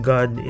God